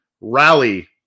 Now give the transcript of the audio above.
rally